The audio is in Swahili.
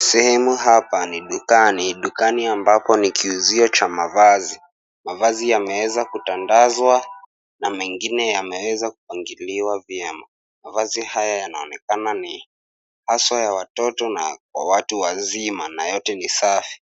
Sehemu hapa ni dukani. Dukani ambapo ni kiuzio cha mavazi. Mavazi yameweza kutandazwa na mengine yameweza kupangiliwa vyema. Mavazi haya yanaonekana ni haswa ni ya watoto na watu wazima na yote ni safi.